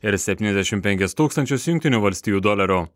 ir septyniasdešimt penkis tūkstančius jungtinių valstijų dolerių